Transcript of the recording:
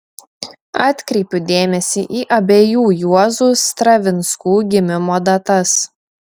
atkreipiu dėmesį į abiejų juozų stravinskų gimimo datas